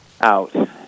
out